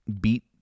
beat